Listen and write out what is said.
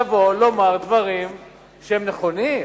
לבוא ולומר דברים שהם נכונים,